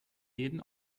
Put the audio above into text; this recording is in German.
jeden